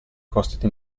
costi